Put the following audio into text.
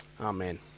Amen